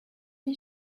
did